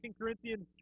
Corinthians